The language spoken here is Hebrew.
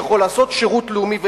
הוא יכול לעשות שירות לאומי ואזרחי.